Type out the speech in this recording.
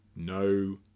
No